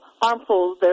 harmful